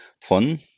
von